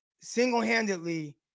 single-handedly